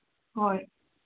ꯍꯣꯏ